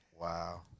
Wow